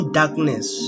darkness